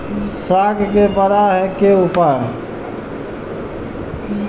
साग के बड़ा है के उपाय?